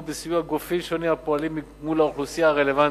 בסיוע גופים שונים הפועלים מול האוכלוסייה הרלוונטית.